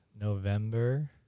November